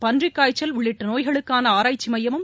பன்றிக்காய்ச்சல் உள்ளிட்ட நோய்களுக்கான ஆராய்ச்சி மையமும்